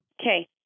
Okay